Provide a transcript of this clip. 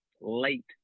late